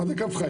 מה זה קו חיץ?